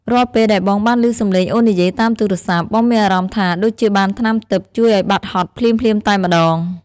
រាល់ពេលដែលបងបានឮសម្លេងអូននិយាយតាមទូរស័ព្ទ បងមានអារម្មណ៍ថាដូចជាបានថ្នាំទិព្វជួយឱ្យបាត់ហត់ភ្លាមៗតែម្តង។